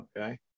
Okay